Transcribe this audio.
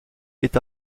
est